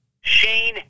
Shane